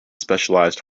specialized